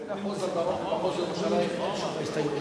במחוז הדרום ובמחוז ירושלים אין שופטים נוחים?